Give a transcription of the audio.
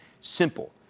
Simple